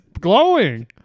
glowing